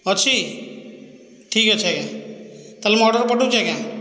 ଅଛି ଠିକ୍ ଅଛି ଆଜ୍ଞା ତା'ହେଲେ ମୁଁ ଅର୍ଡର ପଠାଉଛି ଆଜ୍ଞା